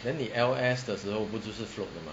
then 你 L_S 的时候不就是 float 的